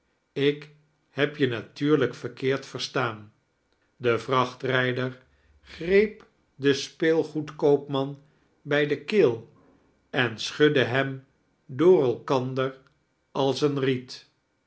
ik heb je natuurlijk verkeerd verstaan de vrachtrijder greep den speelgoedkoopman bij de keel en schudde hem door elkander als een riet